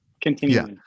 Continue